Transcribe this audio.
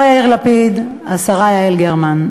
השר יאיר לפיד, השרה יעל גרמן,